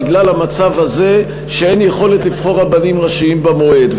בגלל המצב הזה שאין יכולת לבחור רבנים ראשיים במועד.